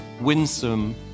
winsome